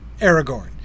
Aragorn